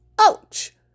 Ouch